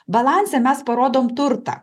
balanse mes parodom turtą